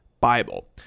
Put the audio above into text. Bible